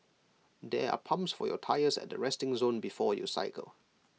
there are pumps for your tyres at the resting zone before you cycle